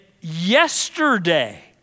yesterday